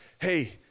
hey